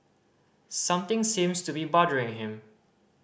something seems to be bothering him